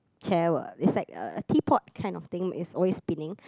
chair will it's like a a teapot kind of thing it's always spinning